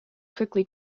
quickly